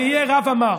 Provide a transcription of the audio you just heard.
זה יהיה רע ומר.